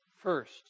First